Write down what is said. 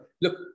Look